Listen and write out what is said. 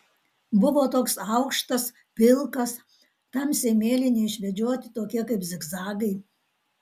buvo toks aukštas pilkas tamsiai mėlyni išvedžioti tokie kaip zigzagai